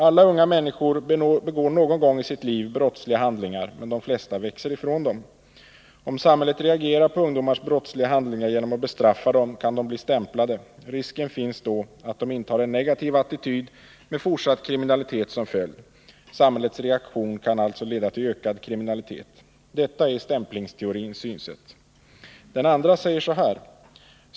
Alla unga människor begår någon gång i sitt liv brottsliga handlingar, men de flesta ”växer ifrån” dem. Om samhället reagerar på ungdomars brottsliga handlingar genom att bestraffa dem, kan de bli stämplade. Risken finns då att de intar en negativ attityd med fortsatt kriminalitet som följd. Samhällets reaktion kan alltså leda till ökad kriminalitet. Detta är stämplingsteorins synsätt. 2.